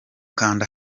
kanda